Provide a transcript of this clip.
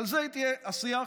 על זה יהיה השיח,